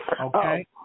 Okay